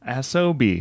SOB